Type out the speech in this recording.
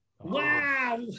Wow